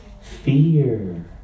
Fear